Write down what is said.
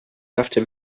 often